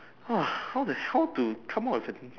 !wah! how the hell to come up with a